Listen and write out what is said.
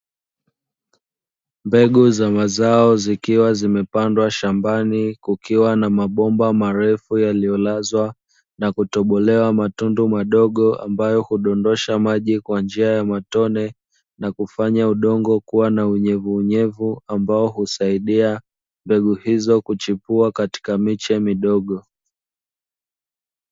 Mbegu za mazao zikiwa zimepandwa shambani kukiwa na mabomba marefu yaliyolazwa na kutobolewa matundu madogo ambayo hudondosha maji kwa njia ya matone na kufanya udongo kuwa na unyevuunyevu ambao husaidia mbegu hizo kuchipua katika miche midogo.